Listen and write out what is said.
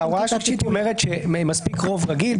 וההוראה הראשית אומרת שמספיק רוב רגיל,